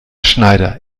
schneider